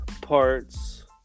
Parts